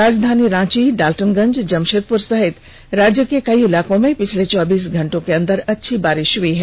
राजधानी रांची डाल्टनगंज जमषेदपुर सहित राज्य के कई इलाकों में पिछले चौबीस घंटे के अंदर अच्छी बारिष हुई है